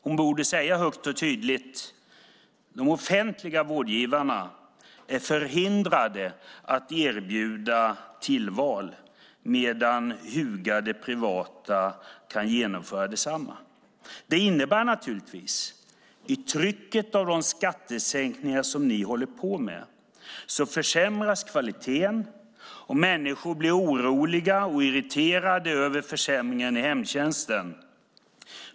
Hon borde säga högt och tydligt: De offentliga vårdgivarna är förhindrade att erbjuda tillval medan hugade privata kan genomföra sådana. Det innebär naturligtvis i trycket av de skattesänkningar som ni håller på med att kvaliteten försämras och att människor blir oroliga och irriterade över försämringen i hemtjänsten.